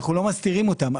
אנו לא מסתירים אותם,